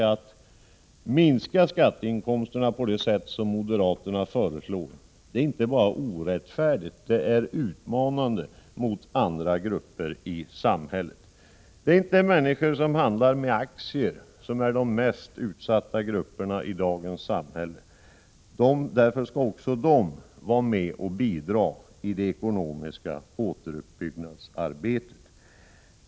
Att minska skatteinkomsterna på det sätt som moderaterna föreslår är inte bara orättfärdigt utan även utmanande mot andra grupper i samhället. Det är inte människor som handlar med aktier som är de mest utsatta grupperna i dagens samhälle. Därför skall också de vara med och bidra till det ekonomiska återuppbyggnadsarbetet.